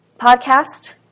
podcast